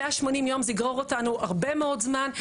180 יום, זה יגרור אותנו הרבה מאוד זמן.